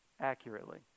accurately